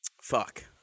Fuck